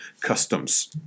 customs